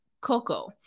Coco